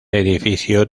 edificio